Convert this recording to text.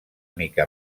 mica